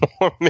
more